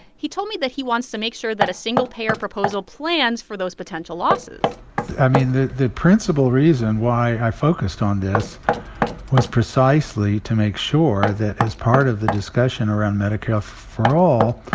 he told me that he wants to make sure that a single-payer proposal plans for those potential losses i mean, the the principal reason why i focused on this was precisely to make sure that as part of the discussion around medicare for all,